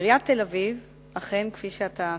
עיריית תל-אביב אכן, כפי שאתה ציינת,